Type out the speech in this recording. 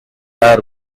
are